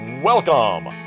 Welcome